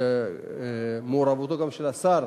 גם במעורבותו של השר,